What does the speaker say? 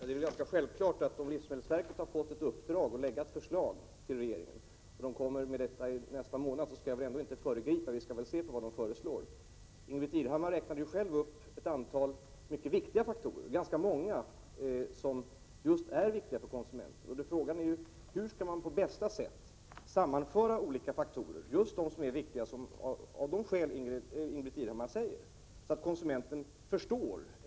Herr talman! Det är självklart, att om livsmedelsverket har fått i uppdrag att lägga fram ett förslag till regeringen och kommer att lägga fram detta förslag nästa månad, skall jag väl ändå inte föregripa detta arbete. Vi måste först få veta vad livsmedelsverket föreslår. Ingbritt Irhammar räknade själv upp ganska många faktorer som är viktiga för konsumenterna. Frågan är hur man på bästa sätt skall sammanföra olika faktorer som är viktiga av de skäl som Ingbritt Irhammar anger, så att konsumenterna förstår.